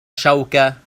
شوكة